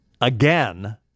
again